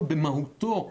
שבמהותו